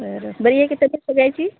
बरं बरं बरी आहे का तब्येत सगळयांची